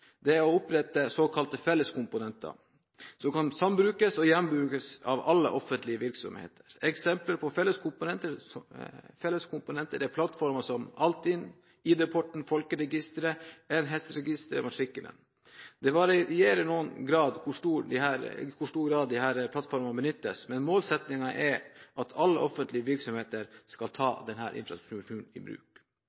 grunnmur er å opprette såkalte felleskomponenter, som kan sambrukes og gjenbrukes av alle offentlige virksomheter. Eksempler på felleskomponenter er plattformer som Altinn, ID-porten, folkeregisteret, Enhetsregisteret og Matrikkelen. Det varierer noe i hvor stor grad disse plattformene benyttes, men målsettingen er at alle offentlige virksomheter skal ta